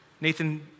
Nathan